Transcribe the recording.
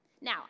Now